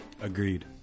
Agreed